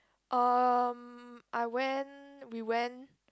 erm I went we went